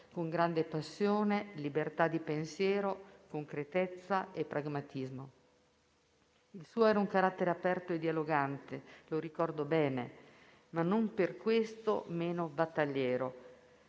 con grande passione, libertà di pensiero, concretezza e pragmatismo. Il suo era un carattere aperto e dialogante, lo ricordo bene, ma non per questo meno battagliero.